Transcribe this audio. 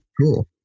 Cool